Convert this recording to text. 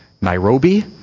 Nairobi